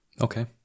Okay